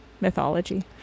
mythology